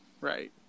Right